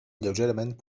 lleugerament